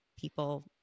people